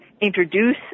introduce